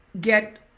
get